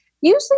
usually